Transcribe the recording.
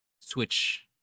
switch